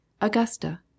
Augusta